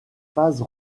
phase